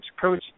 coach